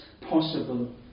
possible